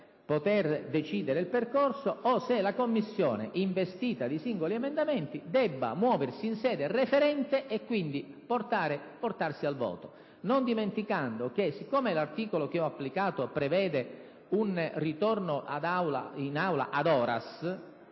decidere il percorso, o se la Commissione, investita dei singoli emendamenti, debba muoversi in sede referente e quindi giungere al voto. Non dimenticando che, poiché l'articolo che ho applicato prevede un ritorno in Aula *ad